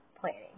planning